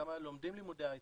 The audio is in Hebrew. כמה לומדים לימודי הייטק,